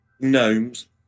gnomes